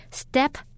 step